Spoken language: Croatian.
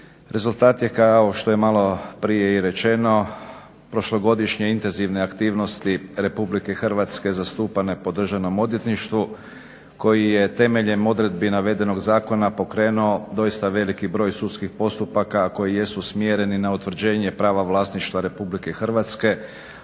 rezultat je kao što je maloprije i rečeno prošlogodišnje intenzivne aktivnosti RH zastupane po Državnom odvjetništvu koji je temeljem odredbi navedenog zakona pokrenuo doista veliki broj sudskih postupaka koji su usmjereni na utvrđenje prava vlasništva RH,